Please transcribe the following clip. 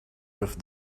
with